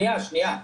שניה.